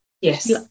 Yes